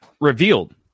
revealed